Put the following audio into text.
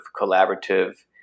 collaborative